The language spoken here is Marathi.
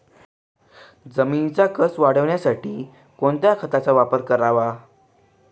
जमिनीचा कसं वाढवण्यासाठी कोणत्या खताचा वापर करावा?